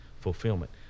fulfillment